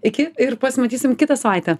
iki pasimatysim kitą savaitę